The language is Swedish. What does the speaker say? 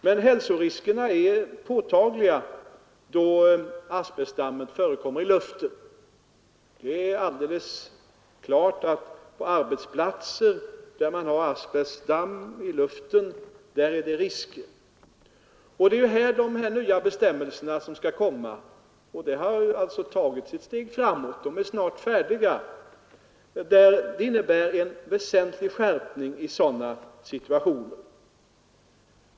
Men hälsoriskerna är påtagliga vid arbetsplatser där asbestdamm förekommer i luften. Det är här de nya bestämmelserna skall gälla, och man har tagit ett steg framåt — bestämmelserna är snart färdiga. Det innebär en väsentlig skärpning av bestämmelserna i sådana situationer.